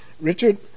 Richard